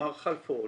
מר חלפון,